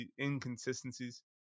inconsistencies